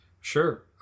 Sure